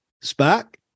Spark